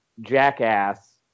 Jackass